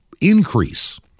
increase